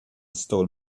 stole